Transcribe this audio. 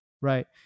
right